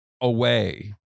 away